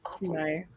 nice